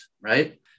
right